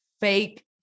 fake